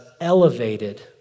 elevated